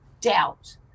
doubt